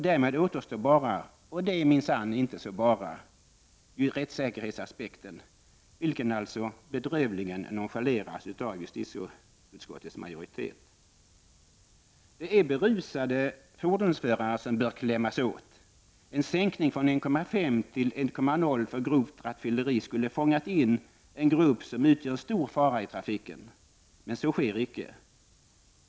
Därmed återstår bara — och det är minsann inte så ”bara” — rättssäkerhetsaspekten, vilken alltså bedrövligen nonchaleras av justitieutskottets majoritet. Det är berusade fordonsförare som bör klämmas åt. En sänkning från 1,5 Foo till 1,0 Foo för grovt rattfylleri skulle fångat in en grupp som utgör en stor fara i trafiken, men så sker icke.